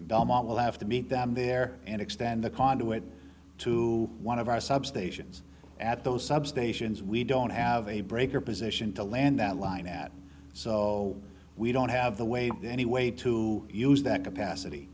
belmont will have to meet them there and extend the conduit to one of our substations at those substations we don't have a breaker position to land that line at so we don't have the way anyway to use that capacity